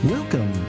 Welcome